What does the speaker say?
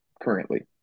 currently